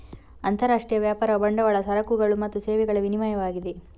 ಅಂತರರಾಷ್ಟ್ರೀಯ ವ್ಯಾಪಾರವು ಬಂಡವಾಳ, ಸರಕುಗಳು ಮತ್ತು ಸೇವೆಗಳ ವಿನಿಮಯವಾಗಿದೆ